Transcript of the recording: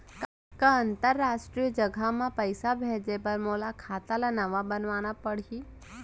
का अंतरराष्ट्रीय जगह म पइसा भेजे बर मोला खाता ल नवा बनवाना पड़ही?